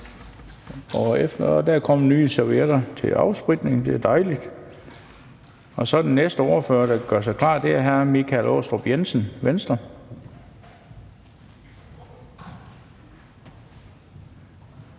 Der er kommet nye servietter til afspritning; det er dejligt. Den næste ordfører, der gør sig klar, er hr. Michael Aastrup Jensen, Venstre.